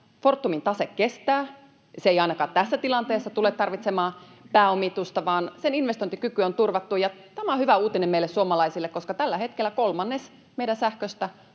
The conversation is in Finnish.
Fortumin tase kestää, se ei ainakaan tässä tilanteessa tule tarvitsemaan pääomitusta, vaan sen investointikyky on turvattu. Tämä on hyvä uutinen meille suomalaisille, koska tällä hetkellä kolmannes meidän sähköstä